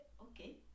Okay